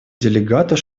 делегату